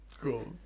Cool